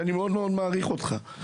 שאני מאוד-מאוד מעריך אותך,